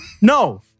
No